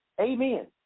Amen